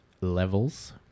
Levels